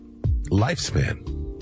lifespan